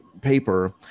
paper